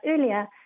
earlier